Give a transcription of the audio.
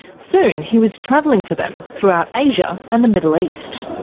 soon he was travelling for them throughout asia and the middle east.